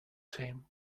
team